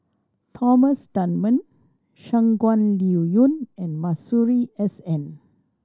Thomas Dunman Shangguan Liuyun and Masuri S N